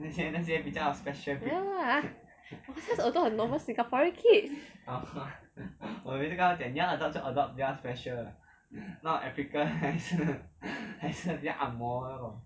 没有啦 I will just adopt a normal singaporean kid